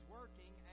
working